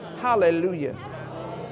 Hallelujah